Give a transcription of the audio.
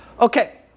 okay